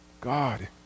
God